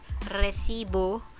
recibo